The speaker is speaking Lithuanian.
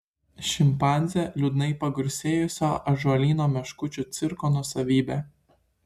šimpanzė liūdnai pagarsėjusio ąžuolyno meškučių cirko nuosavybė